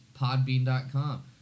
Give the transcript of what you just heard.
podbean.com